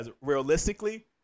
realistically